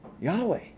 Yahweh